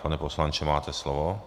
Pane poslanče, máte slovo.